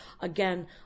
again